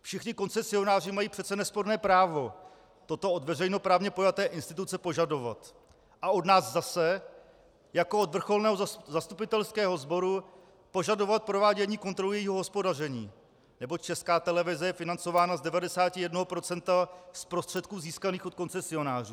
Všichni koncesionáři mají přece nesporné právo toto od veřejnoprávně pojaté instituce požadovat a od nás zase jako od vrcholného zastupitelského sboru požadovat provádění kontroly jejího hospodaření, neboť Česká televize je financována z 91 % z prostředků získaných od koncesionářů.